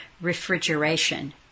refrigeration